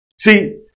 See